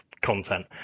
content